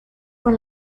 con